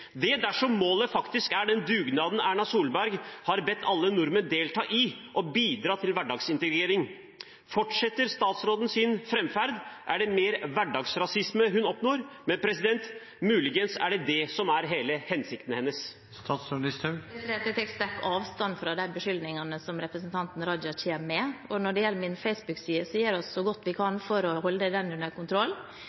dersom målet faktisk er å bidra til hverdagsintegrering gjennom den dugnaden Erna Solberg har bedt alle nordmenn om å delta i. Fortsetter statsråden sin framferd, er det mer hverdagsrasisme hun oppnår, men muligens er det det som er hele hensikten hennes. Jeg tar sterk avstand fra de beskyldningene som representanten Raja kommer med. Når det gjelder min Facebook-side, gjør vi så godt vi kan